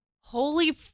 Holy